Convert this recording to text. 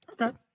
Okay